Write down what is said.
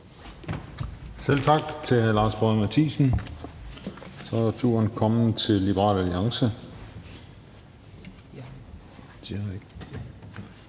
Selv tak til hr. Lars Boje Mathiesen. Så er turen kommet til Liberal Alliance;